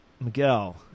Miguel